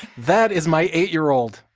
that is my eight year old,